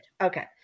Okay